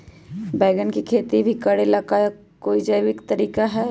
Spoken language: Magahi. बैंगन के खेती भी करे ला का कोई जैविक तरीका है?